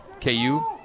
KU